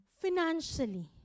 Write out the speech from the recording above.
financially